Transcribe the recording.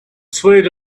swayed